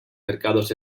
mercados